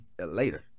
later